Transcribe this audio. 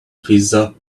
pizza